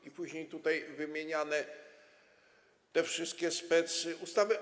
I później tutaj wymieniano te wszystkie specustawy.